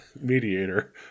mediator